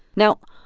now,